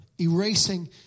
erasing